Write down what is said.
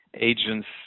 agents